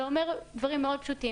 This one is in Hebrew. זה אומר דברים מאוד פשוטים,